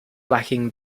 lacking